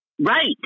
Right